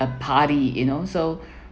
a party you know so